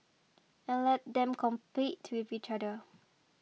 and let them compete with each other